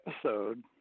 episode